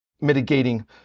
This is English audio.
mitigating